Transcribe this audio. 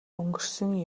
өнгөрсөн